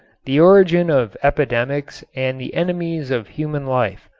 the origin of epidemics and the enemies of human life.